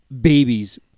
babies